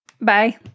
Bye